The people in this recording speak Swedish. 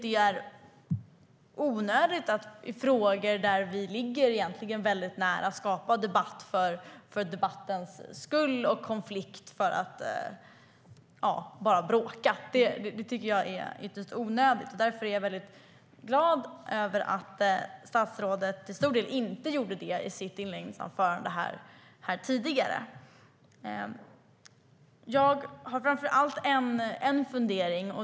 Det är onödigt att i frågor där vi egentligen ligger väldigt nära skapa debatt för debattens skull och konflikt bara för att bråka. Det är ytterst onödigt. Därför är jag väldigt glad över att statsrådet till stor del inte gjorde det i sitt inledningsanförande här tidigare. Jag har framför allt en fundering.